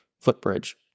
footbridge